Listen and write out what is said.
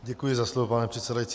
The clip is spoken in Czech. Děkuji za slovo, pane předsedající.